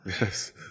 Yes